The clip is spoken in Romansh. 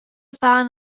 fan